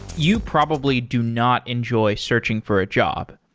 you probably do not enjoy searching for ah job.